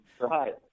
Right